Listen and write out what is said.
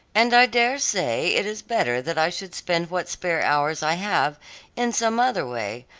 and i dare say it is better that i should spend what spare hours i have in some other way,